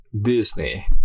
Disney